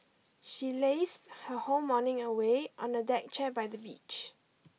she lazed her whole morning away on a deck chair by the beach